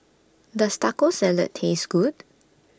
Does Taco Salad Taste Good